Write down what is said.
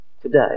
today